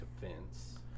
defense